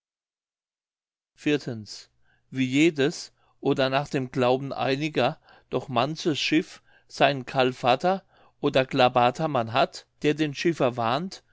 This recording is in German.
wie jedes oder nach dem glauben einiger doch manches schiff seinen kalfater oder klabatermann hat der den schiffer warnt